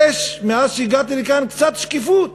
מאז שהגעתי לכאן אני דורש קצת שקיפות